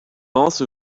also